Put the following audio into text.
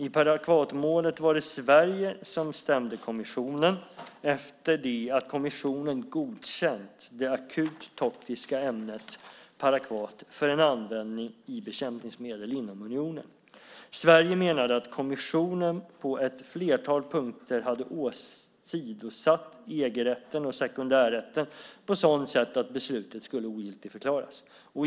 I parakvatmålet var det Sverige som stämde kommissionen efter det att kommissionen godkänt det akut toxiska ämnet parakvat för användning i bekämpningsmedel inom unionen. Sverige menade att kommissionen på ett flertal punkter hade åsidosatt EG-rätten och sekundärrätten på sådant sätt att beslutet skulle ogiltigförklaras.